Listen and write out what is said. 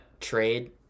trade